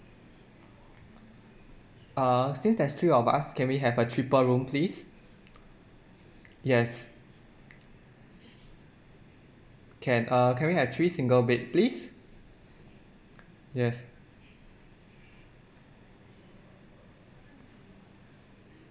uh since there's three of us can we have a triple room please yes can uh can we have three single bed please yes